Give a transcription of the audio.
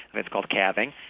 but called calving.